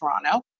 Toronto